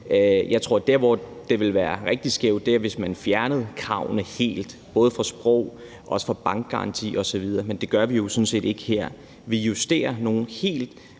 Jeg tror, at det ville være rigtig skævt, hvis man fjernede kravene helt, både i forhold til sprog og bankgarantier osv., men det gør vi jo sådan set ikke her. Vi justerer nogle helt